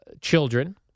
children